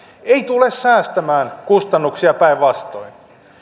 ei tule säästämään kustannuksia päinvastoin